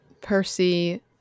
Percy